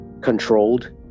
controlled